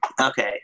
Okay